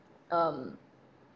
um